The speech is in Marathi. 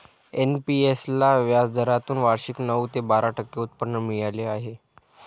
एन.पी.एस ला व्याजदरातून वार्षिक नऊ ते बारा टक्के उत्पन्न मिळाले आहे